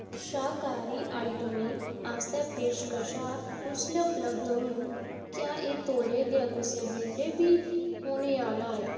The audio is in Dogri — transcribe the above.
शाह्रकारी आइटमें आस्तै पेशकशां कुसलै उपलब्ध होङन क्या एह् तौले गै कुसै बेल्लै बी होने आह्ला ऐ